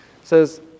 Says